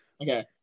okay